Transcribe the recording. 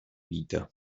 vita